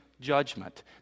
Judgment